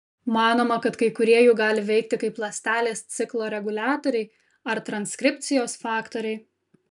manoma kad kai kurie jų gali veikti kaip ląstelės ciklo reguliatoriai ar transkripcijos faktoriai